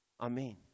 Amen